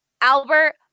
Albert